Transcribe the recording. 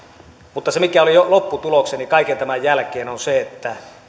mutta se mikä oli lopputulokseni kaiken tämän jälkeen on se että